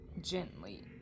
Gently